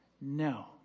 No